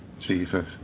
Jesus